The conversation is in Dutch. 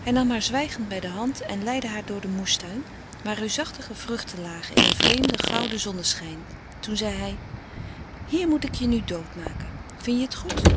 hij nam haar zwijgend bij de hand en leidde haar door den moestuin waar reusachtige vruchten lagen in een vreemden gouden zonneschijn toen zei hij hier moet ik je nu doodmaken vin je het goed